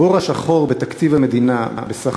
הבור השחור בתקציב המדינה בסך